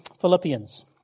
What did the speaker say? Philippians